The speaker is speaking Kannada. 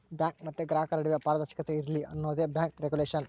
ಬ್ಯಾಂಕ್ ಮತ್ತೆ ಗ್ರಾಹಕರ ನಡುವೆ ಪಾರದರ್ಶಕತೆ ಇರ್ಲಿ ಅನ್ನೋದೇ ಬ್ಯಾಂಕ್ ರಿಗುಲೇಷನ್